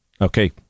Okay